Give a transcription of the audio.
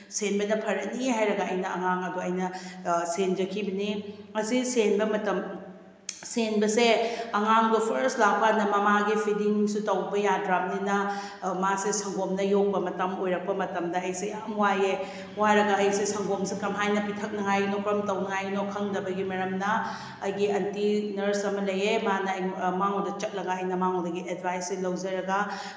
ꯁꯦꯟꯕꯗ ꯐꯔꯅꯤ ꯍꯥꯏꯔꯒ ꯑꯩꯅ ꯑꯉꯥꯡ ꯑꯗꯣ ꯑꯩꯅ ꯁꯦꯟꯖꯈꯤꯕꯅꯤ ꯑꯁꯤ ꯁꯦꯟꯕ ꯃꯇꯝ ꯁꯦꯟꯕꯁꯦ ꯑꯉꯥꯡꯗꯣ ꯐꯔꯁ ꯂꯥꯛꯄ ꯀꯥꯟꯗ ꯃꯃꯥꯒꯤ ꯐꯤꯗꯤꯡꯁꯨ ꯇꯧꯕ ꯌꯥꯗ꯭ꯔꯝꯅꯤꯅ ꯃꯥꯁꯦ ꯁꯪꯒꯣꯝꯅ ꯌꯣꯛꯄ ꯃꯇꯝ ꯑꯣꯏꯔꯛꯄ ꯃꯇꯝꯗ ꯑꯩꯁꯦ ꯌꯥꯝ ꯋꯥꯏꯌꯦ ꯋꯥꯔꯒ ꯑꯩꯁꯦ ꯁꯪꯒꯣꯝꯁꯦ ꯀꯃꯥꯏꯅ ꯄꯤꯊꯛꯅꯉꯥꯏꯅꯣ ꯀꯔꯝ ꯇꯧꯅꯉꯥꯏꯅꯣ ꯈꯪꯗꯕꯒꯤ ꯃꯔꯝꯅ ꯑꯩꯒꯤ ꯑꯟꯇꯤ ꯅꯔꯁ ꯑꯃ ꯂꯩꯌꯦ ꯃꯥꯅ ꯃꯥꯉꯣꯟꯗ ꯆꯠꯂꯒ ꯑꯩꯅ ꯃꯥꯉꯣꯟꯗꯒꯤ ꯑꯦꯗꯚꯥꯏꯖꯁꯦ ꯂꯧꯖꯔꯒ